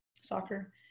soccer